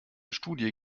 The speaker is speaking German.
studie